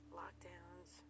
lockdowns